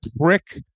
prick